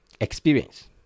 experience